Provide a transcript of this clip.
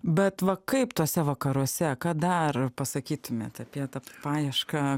bet va kaip tuose vakaruose ką dar pasakytumėte apie tą paiešką